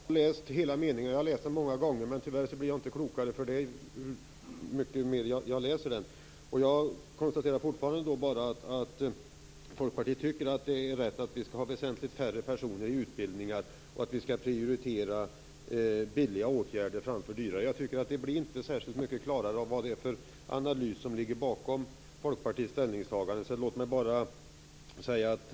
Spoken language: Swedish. Fru talman! Jag har läst hela meningarna, och jag har läst dem många gånger. Men tyvärr blir jag inte klokare hur mycket jag än läser dem. Jag konstaterar fortfarande att Folkpartiet tycker att det är rätt att vi skall ha väsentligt färre personer i utbildningar och att vi skall prioritera billiga åtgärder framför dyra. Det blir inte särskilt klarare vilken analys som ligger bakom Folkpartiets ställningstagande.